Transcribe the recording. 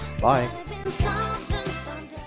Bye